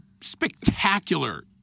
spectacular